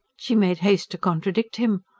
she made haste to contradict him.